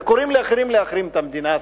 וקוראים לאחרים להחרים את המדינה.